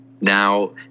Now